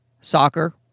soccer